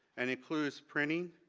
and includes printing,